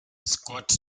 scott